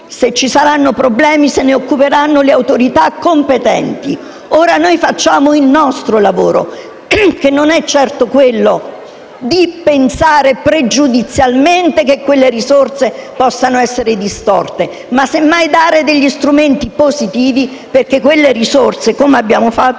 Se ci saranno problemi, se ne occuperanno le autorità competenti, ora noi facciamo il nostro lavoro, che non è certo quello di pensare pregiudizialmente che quelle risorse possano essere distolte, ma semmai di dare degli strumenti positivi perché quelle risorse, come abbiamo fatto,